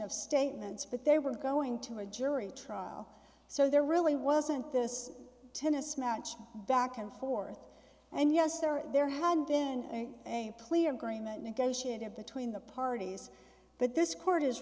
of statements but they were going to a jury trial so there really wasn't this tennis match back and forth and yes there there had been a plea agreement negotiated between the parties but this court